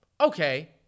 okay